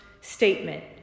statement